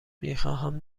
میخواهم